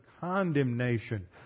condemnation